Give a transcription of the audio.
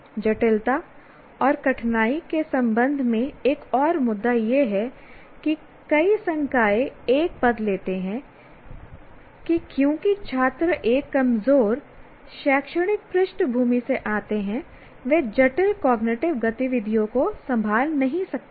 जटिलता और कठिनाई के संबंध में एक और मुद्दा यह है कि कई संकाय एक पद लेते हैं कि क्योंकि छात्र एक कमजोर शैक्षणिक पृष्ठभूमि से आते हैं वे एक जटिल कॉग्निटिव गतिविधियों को संभाल नहीं सकते हैं